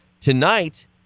Tonight